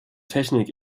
technik